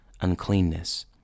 uncleanness